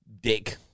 dick